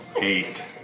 Eight